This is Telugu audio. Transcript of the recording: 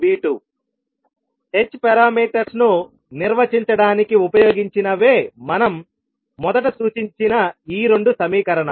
h పారామీటర్స్ ను నిర్వచించడానికి ఉపయోగించినవే మనం మొదట సూచించిన ఈ రెండు సమీకరణాలు